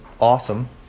awesome